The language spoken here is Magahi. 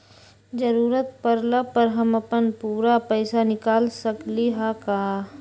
जरूरत परला पर हम अपन पूरा पैसा निकाल सकली ह का?